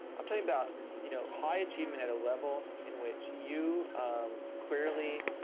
i'm talking about you know high achievement at a level in which you um clearly